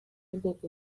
bwoko